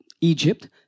Egypt